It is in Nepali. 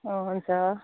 अँ हुन्छ